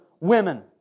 Women